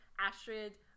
Astrid